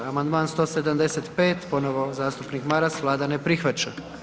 Amandman 175. ponovno zastupnik Maras Vlada ne prihvaća.